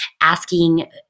Asking